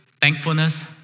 thankfulness